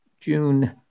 June